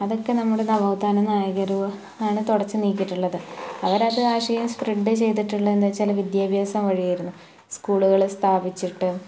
അതൊക്കെ നമ്മുടെ നവോത്ഥാന നായകർ ആണ് തുടച്ചു നീക്കിയിട്ടുള്ളത് അവർ അത് ആശയം സ്പ്രെഡ് ചെയ്തിട്ടുള്ള എന്താണെന്നു വച്ചാൽ വിദ്യാഭ്യാസം വഴിയായിരുന്നു സ്കൂളുകൾ സ്ഥാപിച്ചിട്ട്